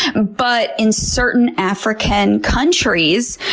but in certain african countries,